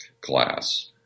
class